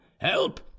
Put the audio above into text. Help